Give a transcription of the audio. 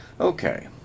Okay